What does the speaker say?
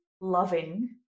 loving